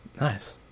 Nice